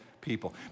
people